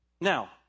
now